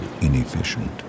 inefficient